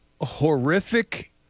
horrific